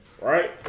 Right